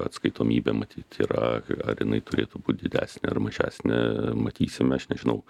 atskaitomybė matyt yra ar jinai turėtų būt didesnė ar mažesnė matysime aš nežinau